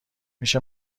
میشه